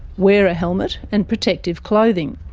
wear a helmet and protective clothing.